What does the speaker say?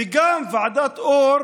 וגם ועדת אור